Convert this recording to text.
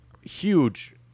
huge